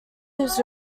his